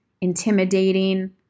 intimidating